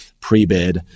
pre-bid